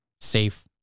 safe